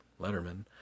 Letterman